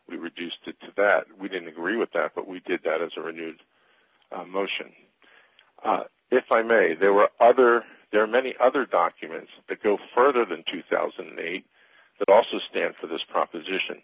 we reduced it to that and we didn't agree with that but we did that as a renewed motion if i may there were other there are many other documents that go further than two thousand and eight that also stand for this proposition